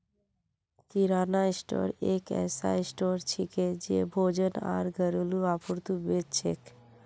किराना store एक ऐसा store छिके जे भोजन आर घरेलू आपूर्ति बेच छेक